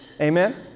Amen